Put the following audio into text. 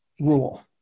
rule